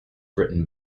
written